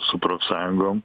su profsąjungom